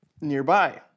nearby